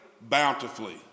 bountifully